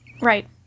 Right